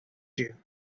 you